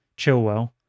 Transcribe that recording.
Chilwell